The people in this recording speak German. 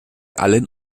allen